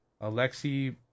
Alexei